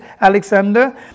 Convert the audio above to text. Alexander